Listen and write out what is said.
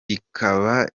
rikaba